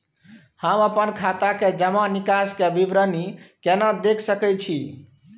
हम अपन खाता के जमा निकास के विवरणी केना देख सकै छी?